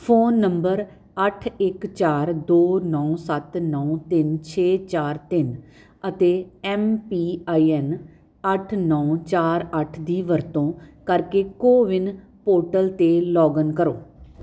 phone number ਅੱਠ ਇੱਕ ਚਾਰ ਦੋ ਨੌਂ ਸੱਤ ਨੌਂ ਤਿੰਨ ਛੇ ਚਾਰ ਤਿੰਨ ਅਤੇ ਐਮ ਪੀ ਆਈ ਐਨ ਅੱਠ ਨੌਂ ਚਾਰ ਅੱਠ ਦੀ ਵਰਤੋਂ ਕਰਕੇ ਕੋਵਿਨ ਪੋਰਟਲ 'ਤੇ ਲੌਗਇਨ ਕਰੋ